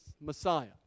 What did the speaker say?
Messiah